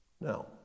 Now